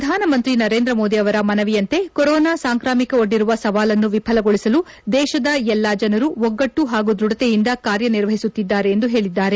ಪ್ರಧಾನಮಂತ್ರಿ ನರೇಂದ್ರ ಮೋದಿ ಅವರ ಮನವಿಯಂತೆ ಕೊರೋನಾ ಸಾಂಕಾಮಿಕ ಒಡ್ಡಿರುವ ಸವಾಲನ್ನು ವಿಫಲಗೊಳಿಸಲು ದೇಶದ ಎಲ್ಲಾ ಜನರು ಒಗ್ಗಟ್ಟು ಹಾಗೂ ದೃಢತೆಯಿಂದ ಕಾರ್ಯನಿರ್ವಹಿಸುತ್ತಿದ್ದಾರೆ ಎಂದು ಹೇಳಿದ್ದಾರೆ